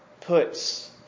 puts